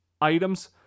items